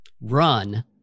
run